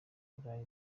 burayi